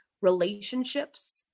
Relationships